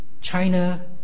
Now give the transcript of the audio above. China